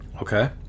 Okay